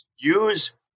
use